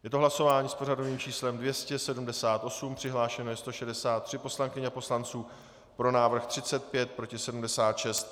Je to hlasování s pořadovým číslem 278, přihlášeno je 163 poslankyň a poslanců, pro návrh 35, proti 76.